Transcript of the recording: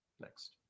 next